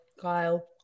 Kyle